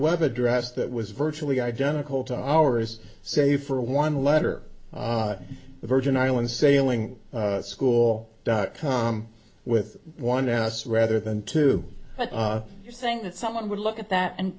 web address that was virtually identical to ours save for one letter the virgin islands sailing school dot com with one s rather than two but you're saying that someone would look at that and